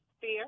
Fear